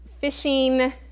fishing